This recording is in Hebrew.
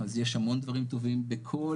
אז יש המון דברים טובים בכל,